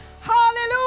Hallelujah